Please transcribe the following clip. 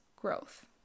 growth